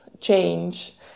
change